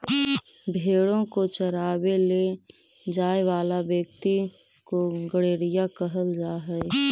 भेंड़ों को चरावे ले जाए वाला व्यक्ति को गड़ेरिया कहल जा हई